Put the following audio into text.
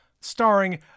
starring